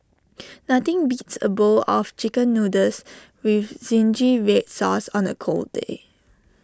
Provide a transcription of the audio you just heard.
nothing beats A bowl of Chicken Noodles with Zingy Red Sauce on A cold day